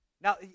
now